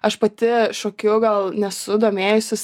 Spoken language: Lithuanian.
aš pati šokiu gal nesu domėjusis